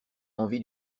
envie